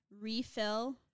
Refill